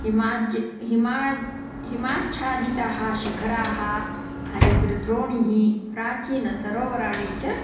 हिमाज् हिमाज् हिमाच्छादितः शिखराः हरितृद्रोणिः प्राचीनसरोवराणि च